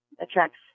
attracts